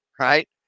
right